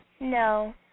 No